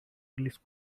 english